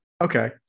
Okay